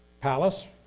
palace